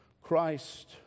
Christ